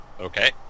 Okay